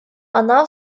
она